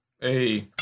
Hey